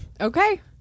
Okay